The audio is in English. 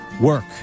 work